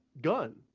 gun